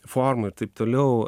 formų ir taip toliau